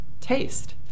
taste